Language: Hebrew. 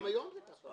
גם היום זה ככה.